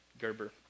Gerber